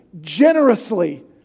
Generously